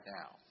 now